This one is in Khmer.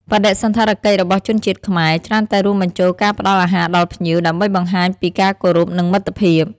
បដិសណ្ឋារកិច្ចរបស់ជនជាតិខ្មែរ ច្រើនតែរួមបញ្ចូលការផ្តល់អាហារដល់ភ្ញៀវ ដើម្បីបង្ហាញពីការគោរព និងមិត្តភាព។